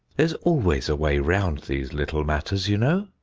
there's always a way round these little matters, you know.